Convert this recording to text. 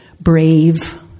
brave